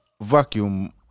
vacuum